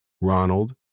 Ronald